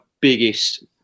biggest